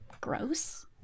Gross